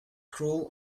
cruel